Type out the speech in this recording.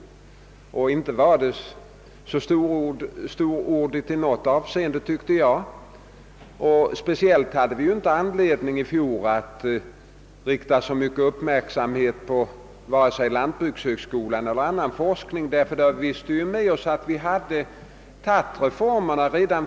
Jag tycker inte att dessa var storordiga i något avseende, särskilt som vi i fjol inte hade skäl att ägna så mycken uppmärksamhet åt vare sig lantbrukshögskolans forskning eller någon annan. Vi visste ju att vi på det området redan tidigare genomfört en del reformer.